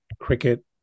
cricket